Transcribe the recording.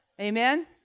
Amen